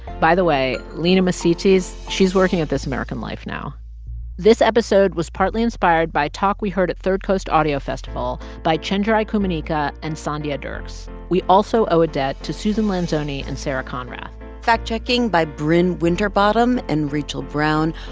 by the way, lina misitzis, she's working at this american life now this episode was partly inspired by talk we heard at third coast audio festival by chenjerai kumanyika and sandhya dirks. we also owe a debt to susan lanzoni and sara conrah fact-checking by brin winterbottom and rachel brown.